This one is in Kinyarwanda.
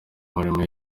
imirimo